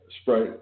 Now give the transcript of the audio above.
Sprite